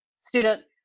students